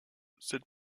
cette